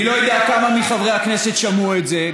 אני לא יודע כמה מחברי הכנסת שמעו את זה.